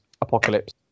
Apocalypse